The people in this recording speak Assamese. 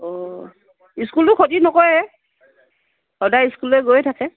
অ স্কুলটো খতি নকৰে সদায় স্কুললৈ গৈয়ে থাকে